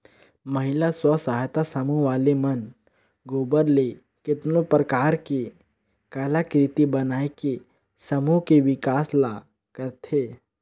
महिला स्व सहायता समूह वाले मन गोबर ले केतनो परकार के कलाकृति बनायके समूह के बिकास ल करथे